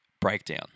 breakdown